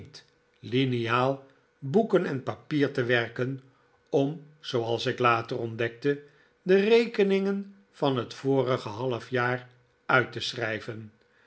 liniaal boeken en papier te werken om zooals ik later ontdekte de rekeningen van het vorige halfjaar uit te schrijven